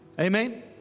Amen